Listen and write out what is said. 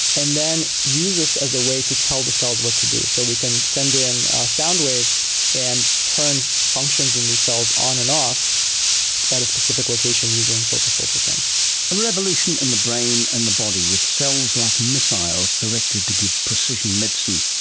and then use this as a way to tell the cells what to do. so we can send in sound waves and turn functions in these cells on and off at a specific location using focused ultrasound. a revolution in the brain and the body, with cells like missiles directed to give precision medicine.